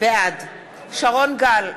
בעד שרון גל,